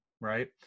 right